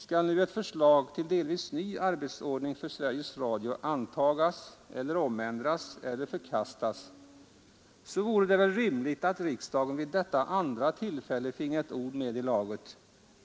Skall nu ett förslag till delvis ny arbetsordning för Sveriges Radio antas eller omändras eller förkastas, så vore det väl rimligt att riksdagen vid detta andra tillfälle fick ha ett ord med i laget.